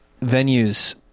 venues